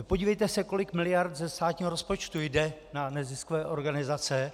Podívejte se, kolik miliard ze státního rozpočtu jde na neziskové organizace.